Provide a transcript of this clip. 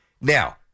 Now